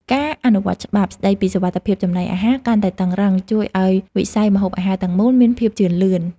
ការអនុវត្តច្បាប់ស្តីពីសុវត្ថិភាពចំណីអាហារកាន់តែតឹងរ៉ឹង ជួយឱ្យវិស័យម្ហូបអាហារទាំងមូលមានភាពជឿនលឿន។